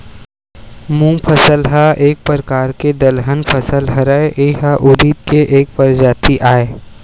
मूंग फसल ह एक परकार के दलहन फसल हरय, ए ह उरिद के एक परजाति आय